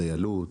דיילות,